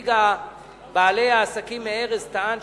שנציג בעלי העסקים מארז טען,